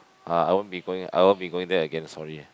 ah I won't be going I won't be going there again sorry ah